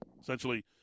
Essentially